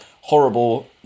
horrible